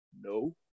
No